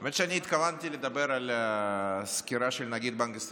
האמת היא שאני התכוונתי לדבר על הסקירה של נגיד בנק ישראל,